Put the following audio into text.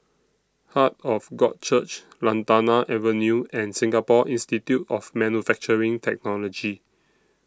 Heart of God Church Lantana Avenue and Singapore Institute of Manufacturing Technology